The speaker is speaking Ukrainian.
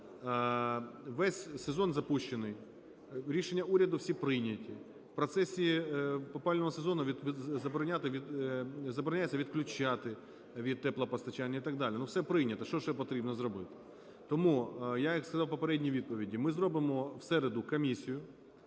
Весь сезон запущений, рішення уряду всі прийняті. В процесі опалювального сезону забороняється відключати від теплопостачання і так далі. Воно все прийнято. Що ще треба зробити? Тому я, як сказав у попередній відповіді: ми зробимо у середу комісію,